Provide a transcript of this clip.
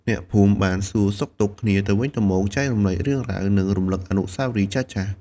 អ្នកភូមិបានសួរសុខទុក្ខគ្នាទៅវិញទៅមក ចែករំលែករឿងរ៉ាវ និងរំលឹកអនុស្សាវរីយ៍ចាស់ៗ។